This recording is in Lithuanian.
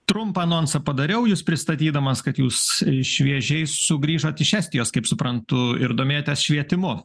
trumpą anonsą padariau jus pristatydamas kad jūs šviežiai sugrįžot iš estijos kaip suprantu ir domėjotės švietimu